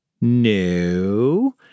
No